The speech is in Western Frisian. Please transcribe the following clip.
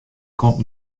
komt